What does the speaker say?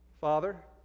father